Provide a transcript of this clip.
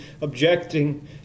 objecting